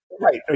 Right